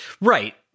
Right